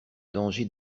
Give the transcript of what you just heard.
danger